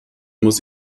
muss